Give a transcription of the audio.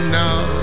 now